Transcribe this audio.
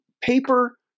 paper